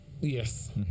Yes